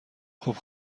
خوب